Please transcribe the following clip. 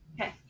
okay